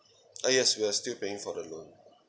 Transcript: uh yes we're still paying for the loan